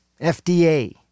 FDA